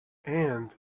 and